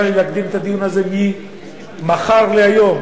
לי להקדים את הדיון הזה ממחר להיום,